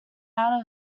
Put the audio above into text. out